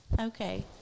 Okay